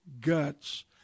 guts